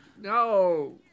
no